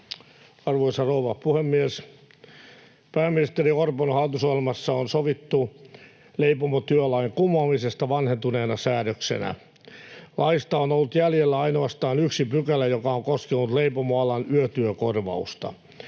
Arvoisa rouva puhemies! Pääministeri Orpon hallitusohjelmassa on sovittu leipomotyölain kumoamisesta vanhentuneena säädöksenä. Laista on ollut jäljellä ainoastaan yksi pykälä, joka on koskenut leipomoalan yötyökorvausta.